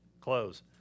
close